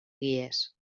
guies